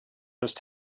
just